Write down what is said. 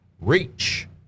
reach